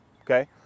okay